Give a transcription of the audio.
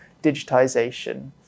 digitisation